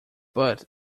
but